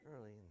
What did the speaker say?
early